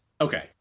Okay